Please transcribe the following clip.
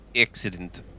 accident